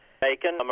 bacon